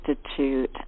Institute